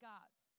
God's